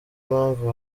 mpamvu